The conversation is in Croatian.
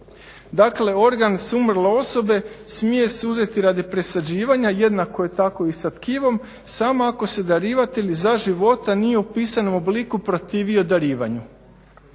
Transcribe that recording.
Dakle organ s umrle osobe smije se uzeti radi presađivanja, jednako je tako i sa tkivom samo ako se darivatelj za života nije u pisanom obliku protivio darivanju